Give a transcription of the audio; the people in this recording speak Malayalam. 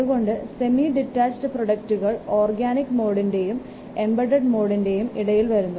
അതുകൊണ്ട് സെമി ഡിറ്റാച്ചഡ് പ്രോഡക്ടുകൾ ഓർഗാനിക് മോഡിന്റെയും എംബഡഡ് മോഡിന്റെയും ഇടയിൽ വരുന്നു